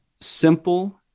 simple